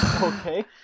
Okay